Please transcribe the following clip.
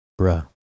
bruh